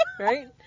right